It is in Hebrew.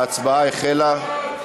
ההצבעה החלה.